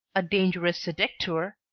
a dangerous seducteur!